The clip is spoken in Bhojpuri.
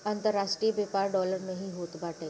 अन्तरराष्ट्रीय व्यापार डॉलर में ही होत बाटे